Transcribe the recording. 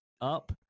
up